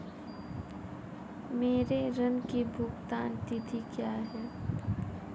मेरे ऋण की भुगतान तिथि क्या है?